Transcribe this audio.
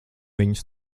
viņus